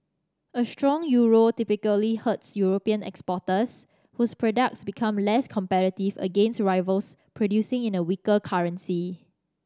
a strong euro typically hurts European exporters whose products become less competitive against rivals producing in a weaker currency